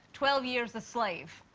twelve years a slave.